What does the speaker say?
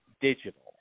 digital